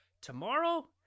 tomorrow